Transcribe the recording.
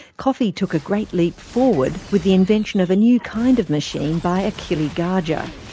coffee took a great leap forward with the invention of a new kind of machine by achille gaggia.